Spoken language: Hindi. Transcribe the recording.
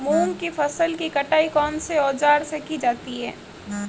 मूंग की फसल की कटाई कौनसे औज़ार से की जाती है?